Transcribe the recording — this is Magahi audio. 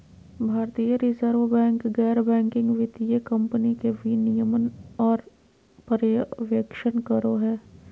भारतीय रिजर्व बैंक गैर बैंकिंग वित्तीय कम्पनी के विनियमन आर पर्यवेक्षण करो हय